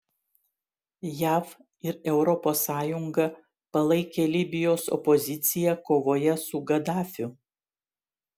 jav ir europos sąjunga palaikė libijos opoziciją kovoje su gadafiu